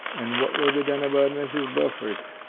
and what will be done about mrs. beaufort?